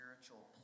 spiritual